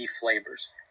flavors